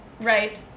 Right